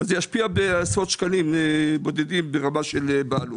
זה ישפיע בעשרות שקלים בודדים ברמה של בעלות.